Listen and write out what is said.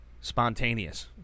spontaneous